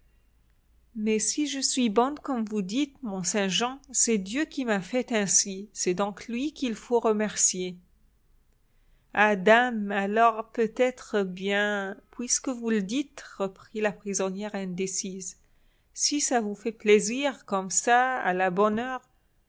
mais si je suis bonne comme vous dites mont-saint-jean c'est dieu qui m'a faite ainsi c'est donc lui qu'il faut remercier ah dame alors peut-être bien puisque vous le dites reprit la prisonnière indécise si ça vous fait plaisir comme ça à la bonne heure